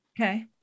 Okay